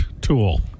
tool